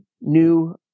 new